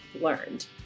learned